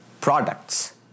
products